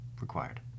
required